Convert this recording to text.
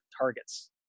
targets